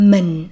Mình